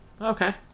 Okay